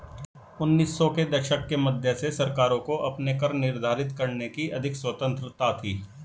उन्नीस सौ के दशक के मध्य से सरकारों को अपने कर निर्धारित करने की अधिक स्वतंत्रता थी